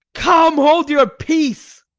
come, hold your peace.